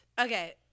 Okay